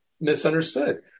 misunderstood